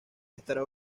estará